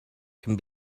can